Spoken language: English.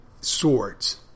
swords